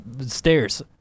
stairs